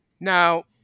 Now